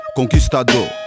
conquistador